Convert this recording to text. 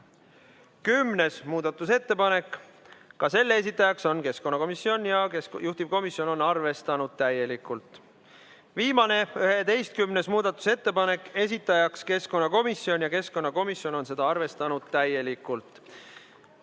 muudatusettepanek, ka selle esitaja on keskkonnakomisjon ja juhtivkomisjon on arvestanud seda täielikult. Viimane, 11. muudatusettepanek, esitajaks keskkonnakomisjon ja keskkonnakomisjon on seda täielikult